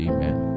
Amen